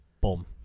Boom